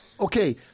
okay